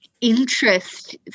interest